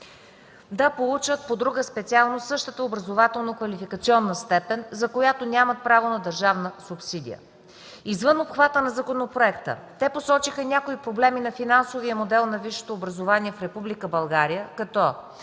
да получат по друга специалност същата образователно-квалификационна степен, за която нямат право на държавна субсидия. Извън обхвата на законопроекта те посочиха някои проблеми на финансовия модел на висшето образование в Република България като